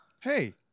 Hey